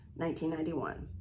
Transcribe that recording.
1991